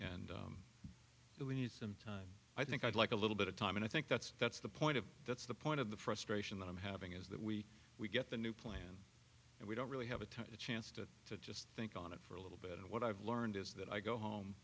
and we need some time i think i'd like a little bit of time and i think that's that's the point of that's the point of the frustration that i'm having is that we we get the new plan and we don't really have a chance to to just think on it for a little bit and what i've learned is that i go home